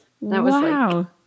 Wow